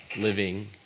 living